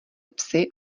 psy